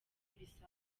ibisasu